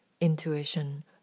intuition